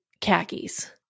khakis